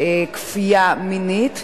כפייה מינית,